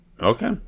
okay